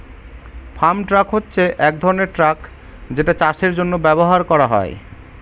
farm truck হচ্ছে এক ধরনের ট্র্যাক যেটা চাষের জন্য ব্যবহার করা হয়